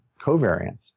covariance